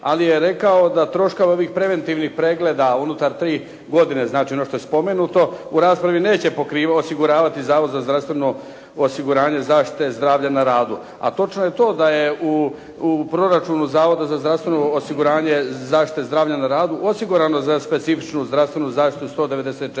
Ali je rekao da troškove ovih preventivnih pregleda, unutar tri godine, znači ono što je spomenuto u raspravi neće osiguravati Zavod za zdravstveno osiguranje zaštite zdravlja na radu. A točno je to da je u proračunu Zavoda za zdravstveno osiguranje zaštite zdravlja na radu osigurano za specifičnu zdravstvenu zaštitu 194